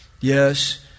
Yes